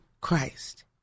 Christ